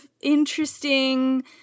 interesting